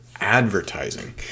advertising